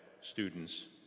students